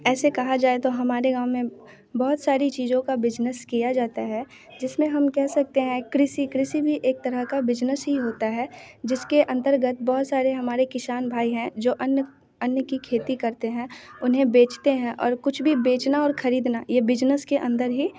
ऐसे कहा जाए तो हमारे गाँव में बहुत सारी चीज़ों का बिजनेस किया जाता है जिसमें हम कह सकते हैं कृषि कृषि भी एक तरह का बिजनेस ही होता है जिसके अंतर्गत बहुत सारे हमारे किसान भाई हैं जो अन्न अन्न की खेती करते हैं उन्हें बेचते हैं और कुछ भी बेचना और खरीदना ये बिजनेस के अन्दर ही